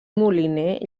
moliner